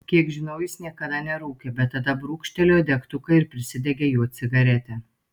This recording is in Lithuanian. kiek žinau jis niekada nerūkė bet tada brūkštelėjo degtuką ir prisidegė juo cigaretę